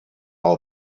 all